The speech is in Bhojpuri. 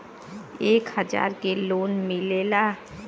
एक हजार के लोन मिलेला?